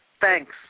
Thanks